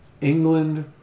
England